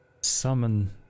summon